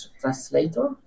translator